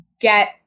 get